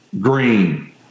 green